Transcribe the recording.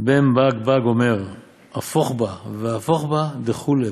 לרדוף, בן שלושים לכוח, בן ארבעים לבינה,